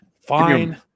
Fine